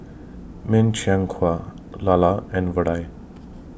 Min Chiang Kueh Lala and Vadai